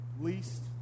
least